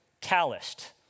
calloused